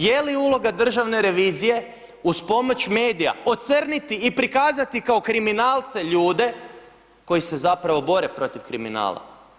Je li uloga državne revizije uz pomoć medija ocrniti i prikazati kao kriminalce ljude koji se zapravo bore protiv kriminala?